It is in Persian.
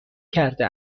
کرده